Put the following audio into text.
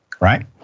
right